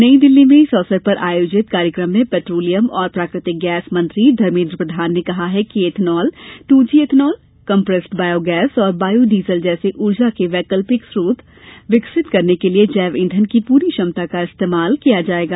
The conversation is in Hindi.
नई दिल्ली में इस अवसर पर आयोजित कार्यक्रम में पैट्रोलियम और प्राकृतिक गैस मंत्री धर्मेन्द्र प्रधान ने कहा कि एथनॉल ट्र जी एथनॉल कम्प्रैस्ड बायोगैस और बायो डीज़ल जैसे ऊर्जा के वैकल्पिक स्रोत विकसित करने के लिए जैव ईंधन की पूरी क्षमता का इस्तेमाल किया जायेगा